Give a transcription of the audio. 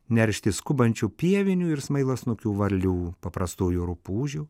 neršti skubančių pievinių ir smailas snukiu varlių paprastųjų rupūžių